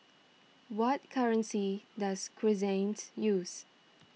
what currency does use